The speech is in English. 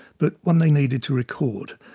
but one they needed to record.